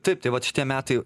taip tai vat šitie metai